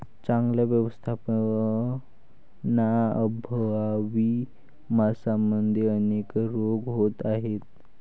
चांगल्या व्यवस्थापनाअभावी माशांमध्ये अनेक रोग होत आहेत